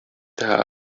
there